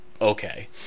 okay